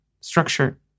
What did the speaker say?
structure